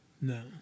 No